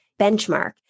benchmark